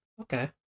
Okay